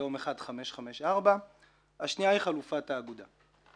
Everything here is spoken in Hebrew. כיום 1554. השנייה היא חלופת האגודה.